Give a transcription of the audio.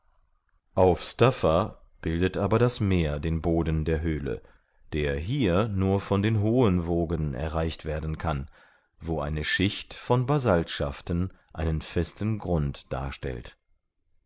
auf staffa bildet aber das meer den boden der höhle der hier nur von hohen wogen erreicht werden kann wo eine schicht von basaltschaften einen festen grund darstellt